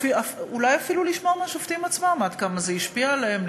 אולי אפילו לשמוע מהשופטים עצמם עד כמה זה השפיע עליהם,